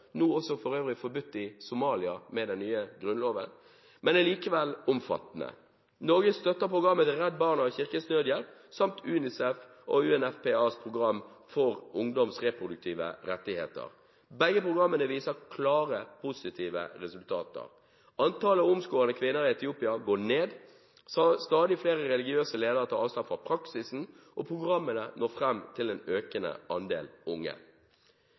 for øvrig også forbudt i Somalia, etter den nye grunnloven – men er likevel omfattende. Norge støtter programmet til Redd Barna og Kirkens Nødhjelp samt UNICEF og UNFPAs program for ungdoms reproduktive rettigheter. Begge programmene viser klare positive resultater. Antallet omskårede kvinner i Etiopia går ned, stadig flere religiøse ledere tar avstand fra praksisen, og programmene når fram til en økende andel unge.